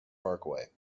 parkway